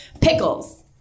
pickles